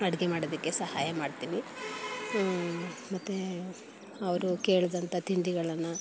ಅಡುಗೆ ಮಾಡೋದಕ್ಕೆ ಸಹಾಯ ಮಾಡ್ತೀನಿ ಮತ್ತು ಅವರು ಕೇಳಿದಂಥ ತಿಂಡಿಗಳನ್ನು